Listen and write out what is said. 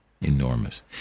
enormous